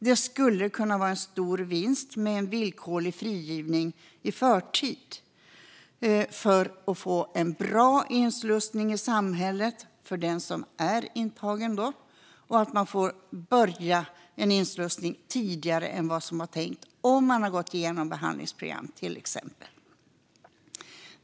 Det skulle kunna vara en stor vinst med villkorlig frigivning i förtid för att få en bra inslussning i samhället för den som är intagen, och man kan få börja en inslussning tidigare än tänkt om man till exempel har gått igenom ett behandlingsprogram.